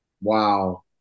Wow